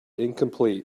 incomplete